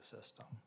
system